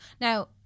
now